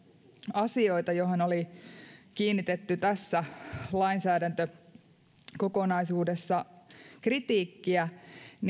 asioita joihin oli kohdistettu tässä lainsäädäntökokonaisuudessa kritiikkiä